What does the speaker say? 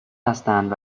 هستند